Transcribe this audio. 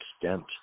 extent